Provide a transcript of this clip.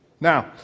Now